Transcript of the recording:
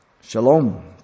Shalom